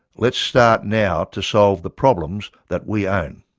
let's start now to solve the problems that we own.